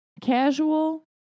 casual